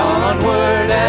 onward